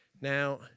Now